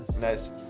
Nice